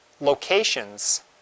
locations